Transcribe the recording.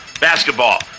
basketball